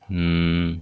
mm